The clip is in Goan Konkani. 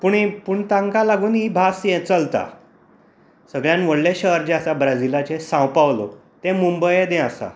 पूण हे पूण तांकां लागून ही भास हें चलता सगळ्यांत व्हडलें शहर जें आसा ब्राजीलाचें साउ पावलो ते मुंबय येदें आसा